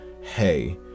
Hey